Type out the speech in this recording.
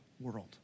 world